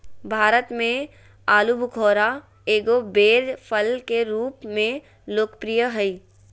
भारत में आलूबुखारा एगो बैर फल के रूप में लोकप्रिय हइ